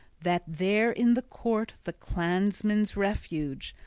that there in the court the clansmen's refuge,